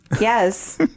Yes